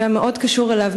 שהיה מאוד קשור אליו,